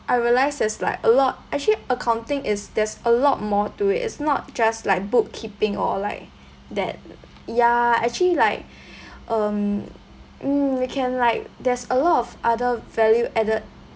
I realise there's like a lot actually accounting is there's a lot more to it it's not just like bookkeeping or like that ya actually like um mm we can like there's a lot of other value added